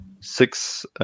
six